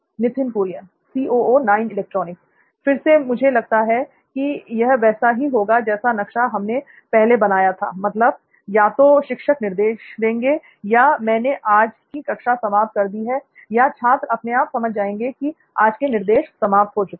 नित्थिन कुरियन फिर से मुझे लगता है यह वैसे ही होगा जैसा नक्शा हमने पहले बनाया था मतलब या तो शिक्षक निर्देश देंगे कि मैंने आज की कक्षा समाप्त कर दी या छात्र अपने आप समझ जाएगा कि आज के निर्देश समाप्त हो चुके हैं